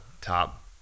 top